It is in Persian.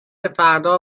فردا